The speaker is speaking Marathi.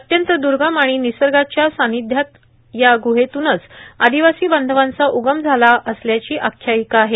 अत्यंत दुर्गम आणि निसर्गाच्या सानिध्यात या ग्हेत्नच आदिवासी बांधवांचा उगम झाला असल्याची आख्यायिका आहे